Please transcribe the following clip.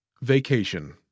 Vacation